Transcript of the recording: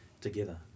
together